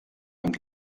amb